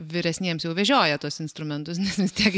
vyresniems jau vežioja tuos instrumentus nes vis tiek